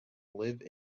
live